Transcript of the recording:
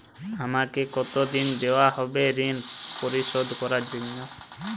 আমাকে কতদিন দেওয়া হবে ৠণ পরিশোধ করার জন্য?